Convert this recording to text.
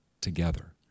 together